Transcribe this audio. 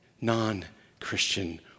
Non-Christian